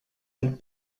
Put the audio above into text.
and